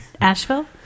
Asheville